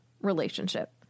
relationship